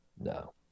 No